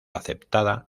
aceptada